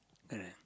correct